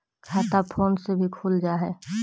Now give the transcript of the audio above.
खाता फोन से भी खुल जाहै?